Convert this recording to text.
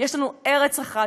יש לנו ארץ אחת,